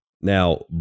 Now